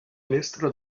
mestre